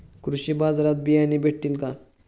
कृषी बाजारात बियाणे भेटतील का?